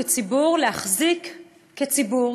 כציבור להחזיק כציבור,